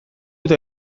eta